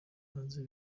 maze